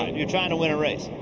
and you're trying to win a race.